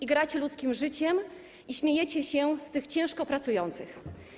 Igracie ludzkim życiem i śmiejecie się z tych ciężko pracujących.